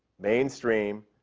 mainstream,